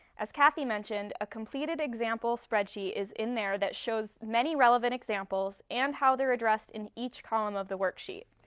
as cathy mentioned, a completed example spreadsheet is in there that shows many relevant examples and how they're addressed in each column of the worksheet.